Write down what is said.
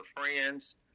friends